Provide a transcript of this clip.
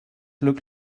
look